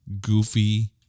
goofy